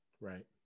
Right